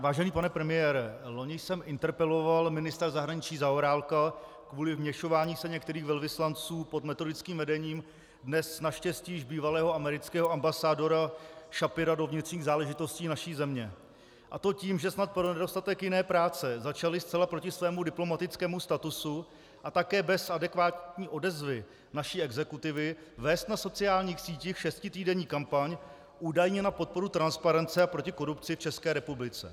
Vážený pane premiére, loni jsem interpeloval ministra zahraničí Zaorálka kvůli vměšování se některých velvyslanců pod metodickým vedením dnes naštěstí již bývalého amerického ambasadora Schapira do vnitřních záležitostí naší země, a to tím, že snad pro nedostatek jiné práce začali zcela proti svému diplomatickému statusu a také bez adekvátní odezvy naší exekutivy vést na sociálních sítích šestitýdenní kampaň údajně na podporu transparence a proti korupci v České republice.